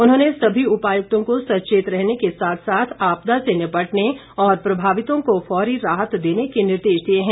उन्होंने सभी उपायुक्तों को सचेत रहने के साथ साथ आपदा से निपटने और प्रभावितों को फौरी राहत देने के निर्देश दिए हैं